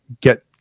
get